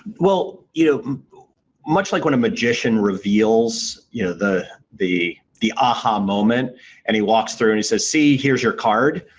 well, you know much like when a magician reveals yeah the the aha moment and he walks through and he says, see, here's your card,